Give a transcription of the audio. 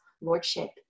lordship